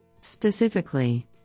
Specifically